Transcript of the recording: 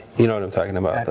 you know what i'm talking about.